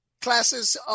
classes